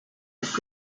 cruz